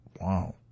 Wow